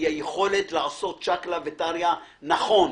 היא היכולת לעשות שקלא וטריא נכון,